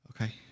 Okay